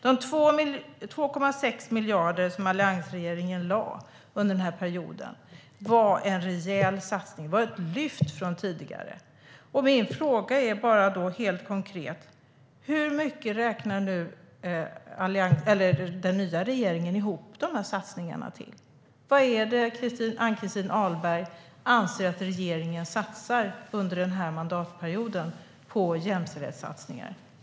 Alliansregeringen satsade 2,6 miljarder under sin period. Det var en rejäl satsning. Det var ett lyft jämfört med tidigare. Min konkreta fråga är då: Hur mycket får den nya regeringen ihop dessa satsningar till? Hur mycket anser Ann-Christin Ahlberg att regeringen satsar under den här mandatperioden på jämställdhet?